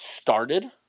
started